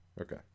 Okay